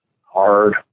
hard